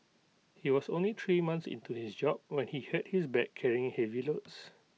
he was only three months into his job when he hurt his back carrying heavy loads